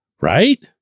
right